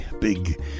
big